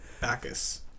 Bacchus